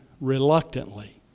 reluctantly